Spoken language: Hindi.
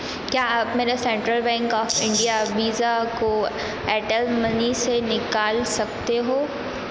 क्या आप मेरे Central Bank of India Visa को एयरटेल मनी से निकाल सकते हो